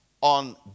on